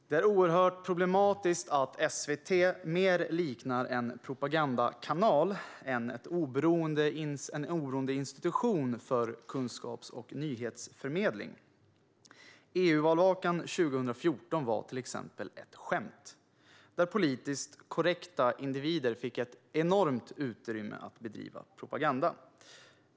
Det är oerhört problematiskt att SVT mer liknar en propagandakanal än en oberoende institution för kunskaps och nyhetsförmedling. EU-valvakan 2014 var till exempel ett skämt, där politiskt korrekta individer fick ett enormt utrymme att bedriva propaganda.